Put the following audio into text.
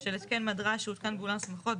של התקן מד רעש שהותקן באולם שמחות,